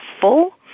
full